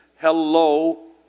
Hello